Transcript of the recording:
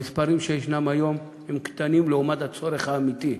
המספרים שישנם היום קטנים לעומת הצורך האמיתי.